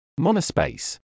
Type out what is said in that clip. Monospace